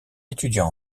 étudiant